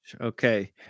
Okay